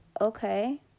Okay